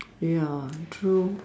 ya true